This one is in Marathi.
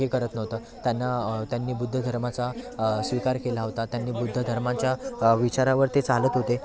हे करत नव्हतं त्यांना त्यांनी बुद्ध धर्माचा स्वीकार केला होता त्यांनी बुद्ध धर्माच्या विचारावरती चालत होते